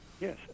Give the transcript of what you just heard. Yes